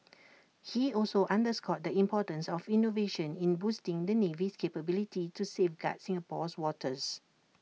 he also underscored the importance of innovation in boosting the navy's capabilities to safeguard Singapore's waters